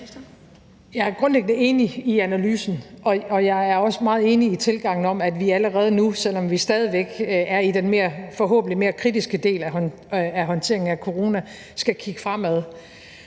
Jeg er grundlæggende enig i analysen, og jeg er også meget enig i tilgangen til, at vi allerede nu, selv om vi stadig væk er i den forhåbentlig mere kritiske del af håndteringen af corona, skal kigge fremad.